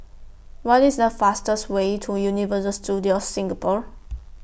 What IS The fastest Way to Universal Studios Singapore